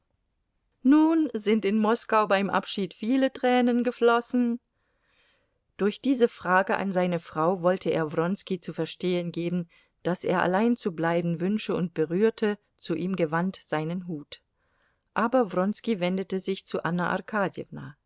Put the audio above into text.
nun sind in moskau beim abschied viele tränen geflossen durch diese frage an seine frau wollte er wronski zu verstehen geben daß er allein zu bleiben wünsche und berührte zu ihm gewandt seinen hut aber wronski wendete sich zu anna